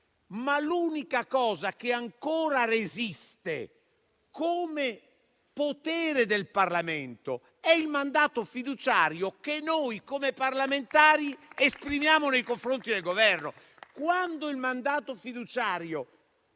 ma l'unica cosa che ancora resiste come potere del Parlamento è il mandato fiduciario che noi, come parlamentari, esprimiamo nei confronti del Governo. Quando il mandato fiduciario,